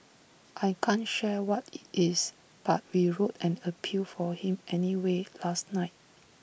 I can't share what IT is but we wrote an appeal for him anyway last night